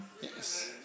Yes